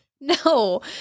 No